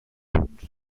punts